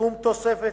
סכום תוספת